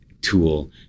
tool